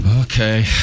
okay